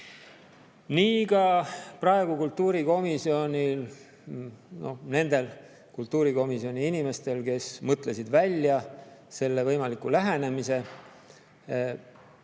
Ka praegu tekkis nendel kultuurikomisjoni inimestel, kes mõtlesid välja selle võimaliku lähenemise,